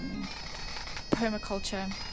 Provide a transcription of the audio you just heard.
permaculture